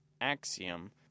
axiom